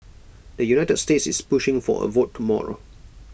the united states is pushing for A vote tomorrow